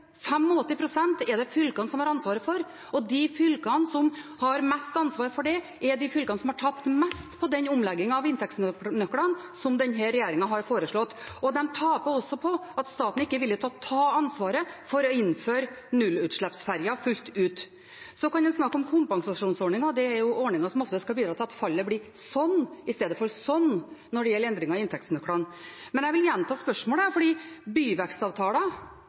er det fylkene som har ansvaret for. Og de fylkene som har mest ansvar for det, er de fylkene som har tapt mest på den omleggingen av inntektsnøklene som denne regjeringen har foreslått. De taper også på at staten ikke er villig til å ta ansvaret for å innføre nullutslippsferjer fullt ut. Så kan en snakke om kompensasjonsordninger – det er ordninger som ofte skal bidra til at fallet blir sånn i stedet for sånn når det gjelder endringer i inntektsnøklene. Jeg vil gjenta spørsmålet, for byvekstavtaler er